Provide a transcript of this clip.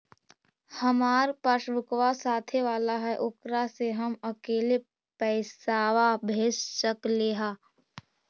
हमार पासबुकवा साथे वाला है ओकरा से हम अकेले पैसावा भेज सकलेहा?